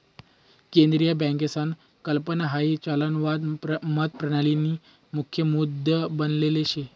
केंद्रीय बँकसना कल्पना हाई चलनवाद मतप्रणालीना मुख्य मुद्दा बनेल शे